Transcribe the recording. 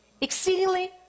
Exceedingly